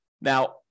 Now